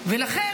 ולכן,